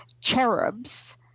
Cherubs